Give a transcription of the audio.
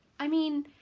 i mean